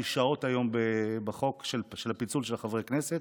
שעות היום על חוק הפיצול של חברי הכנסת,